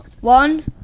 One